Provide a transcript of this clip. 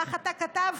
ככה אתה כתבת,